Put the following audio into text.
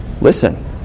Listen